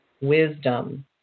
wisdom